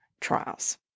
trials